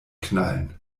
knallen